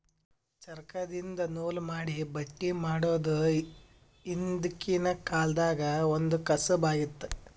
ಚರಕ್ದಿನ್ದ ನೂಲ್ ಮಾಡಿ ಬಟ್ಟಿ ಮಾಡೋದ್ ಹಿಂದ್ಕಿನ ಕಾಲ್ದಗ್ ಒಂದ್ ಕಸಬ್ ಆಗಿತ್ತ್